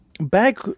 back